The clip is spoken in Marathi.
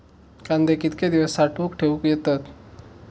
कांदे कितके दिवस साठऊन ठेवक येतत?